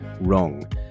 wrong